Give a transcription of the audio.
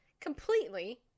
Completely